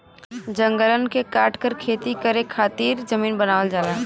जंगलन के काटकर खेती करे खातिर जमीन बनावल जाला